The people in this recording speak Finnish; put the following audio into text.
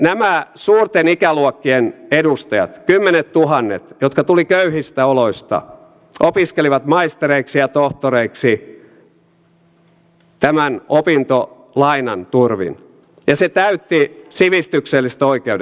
nämä suurten ikäluokkien edustajat kymmenettuhannet jotka tulivat köyhistä oloista opiskelivat maistereiksi ja tohtoreiksi tämän opintolainan turvin ja se täytti sivistykselliset oikeudet